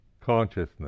consciousness